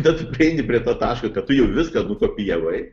bet prieini prie to taško kad tu jau viską nukopijavai